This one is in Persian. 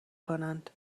کنند